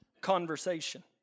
conversation